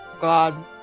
God